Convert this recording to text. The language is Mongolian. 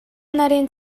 нарын